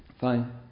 Fine